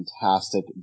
fantastic